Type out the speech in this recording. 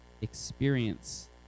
experience